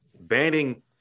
banning